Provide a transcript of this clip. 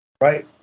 right